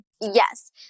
Yes